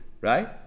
right